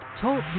Talk